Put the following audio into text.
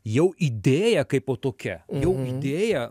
jau idėja kaipo tokia jau idėja